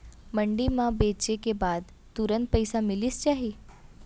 मंडी म बेचे के बाद तुरंत पइसा मिलिस जाही?